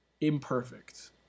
imperfect